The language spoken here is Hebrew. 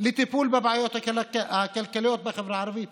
לטיפול בבעיות הכלכליות בחברה הערבית,